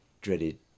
dreaded